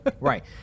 Right